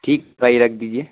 ٹھیک بھائی رکھ دیجیے